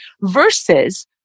versus